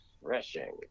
refreshing